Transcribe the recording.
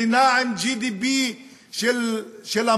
מדינה עם GDP של המערב,